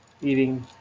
eating